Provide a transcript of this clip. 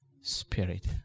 spirit